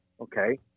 okay